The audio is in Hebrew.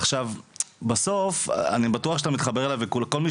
עכשיו בסוף אני בטוח שאתה מתחבר וכל מי